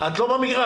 את לא במגרש.